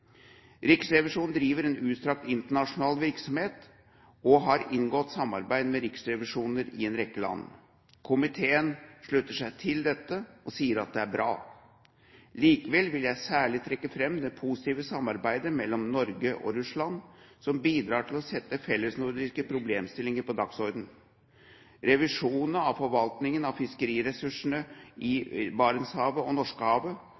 Riksrevisjonen driver en utstrakt internasjonal virksomhet og har inngått samarbeid med riksrevisjoner i en rekke land. Komiteen slutter seg til dette og sier at det er bra. Likevel vil jeg særlig trekke fram det positive samarbeidet mellom Norge og Russland, og at fellesnordiske problemstillinger er satt på dagsordenen. Revisjonene av forvaltningen av fiskeressursene i Barentshavet og Norskehavet,